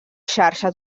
xarxa